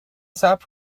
صبر